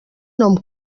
nom